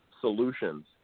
solutions